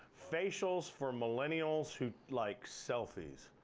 facials for millennials who like selfies.